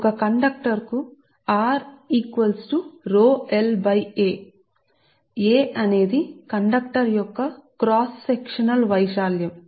conductor మరియు దాని cross sectional ప్రాంతం కోసం ఎందుకంటే మనకు తెలుసు a అనేది కండక్టర్ యొక్క క్రాస్ సెక్షనల్ ప్రాంతం